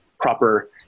proper